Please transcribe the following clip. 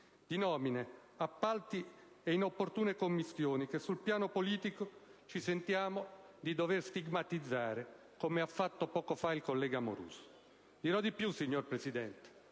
di nomine, appalti e inopportune commistioni che sul piano politico ci sentiamo di dover stigmatizzare, come ha fatto poco fa il collega Amoruso. Dirò di più, signor Presidente: